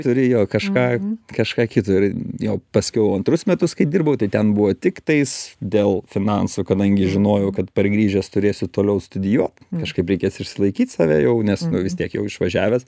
turi jo kažką kažką kito ir jo paskiau antrus metus kai dirbau tai ten buvo tik tais dėl finansų kadangi žinojau kad pargrįžęs turėsiu toliau studijuot kažkaip reikės išsilaikyt save jau nes vis tiek jau išvažiavęs